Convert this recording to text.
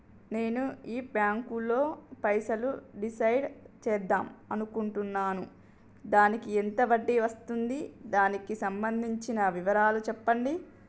నేను ఈ బ్యాంకులో పైసలు డిసైడ్ చేద్దాం అనుకుంటున్నాను దానికి ఎంత వడ్డీ వస్తుంది దానికి సంబంధించిన వివరాలు చెప్పండి?